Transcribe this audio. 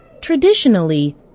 Traditionally